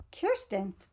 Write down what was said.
Kirsten